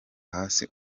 hasi